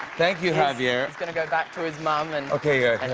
thank you, javier. he's gonna go back to his mom. and okay.